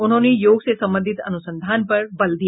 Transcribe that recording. उन्होंने योग से सम्बन्धित अनुसंधान पर बल दिया